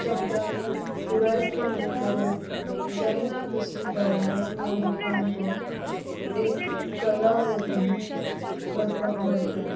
शब्दांनी पुरायपणी करूंक जायना तसली भावना आनी अणभव एक कला वरवीं करपाक मेळटा